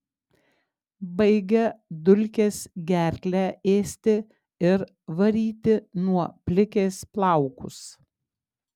baigia dulkės gerklę ėsti ir varyti nuo plikės plaukus